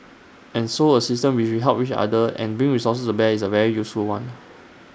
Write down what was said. and so A system which we help each other and bring resources to bear is A very useful one